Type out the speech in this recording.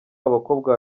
abakobwa